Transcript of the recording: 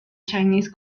chinese